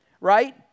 right